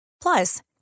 Plus